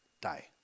die